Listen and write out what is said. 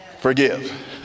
forgive